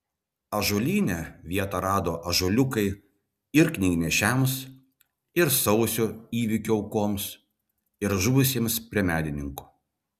ąžuolyne vietą rado ąžuoliukai ir knygnešiams ir sausio įvykių aukoms ir žuvusiems prie medininkų